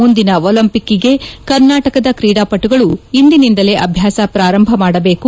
ಮುಂದಿನ ಒಲಂಪಿಕ್ಗೆ ಕರ್ನಾಟಕದ ಕ್ರೀಡಾಪಟುಗಳು ಇಂದಿನಿಂದಲೇ ಅಭ್ಯಾಸ ಪಾರಂಭ ಮಾಡಬೇಕು